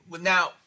now